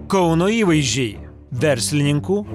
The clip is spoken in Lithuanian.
kauno įvaizdžiai verslininkų